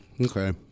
Okay